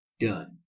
Done